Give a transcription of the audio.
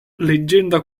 leggenda